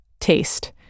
Taste